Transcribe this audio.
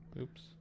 Oops